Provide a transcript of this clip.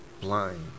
blind